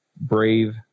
brave